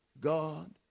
God